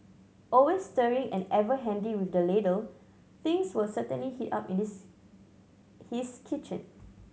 always stirring and ever handy with the ladle things will certainly heat up in this his kitchen